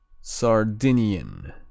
Sardinian